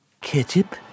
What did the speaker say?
Ketchup